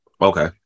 Okay